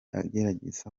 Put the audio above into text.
agerageza